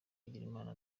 bigirimana